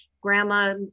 Grandma